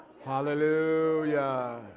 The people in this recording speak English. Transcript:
Hallelujah